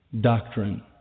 doctrine